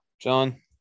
John